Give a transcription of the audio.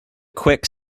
quick